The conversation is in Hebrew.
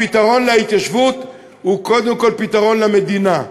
הפתרון להתיישבות הוא קודם כול פתרון למדינה,